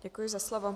Děkuji za slovo.